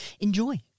enjoy